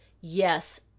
Yes